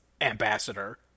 ambassador